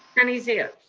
sunny zia.